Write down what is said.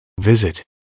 Visit